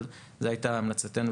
אבל זו הייתה המלצתנו,